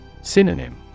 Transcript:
Synonym